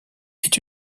est